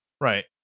Right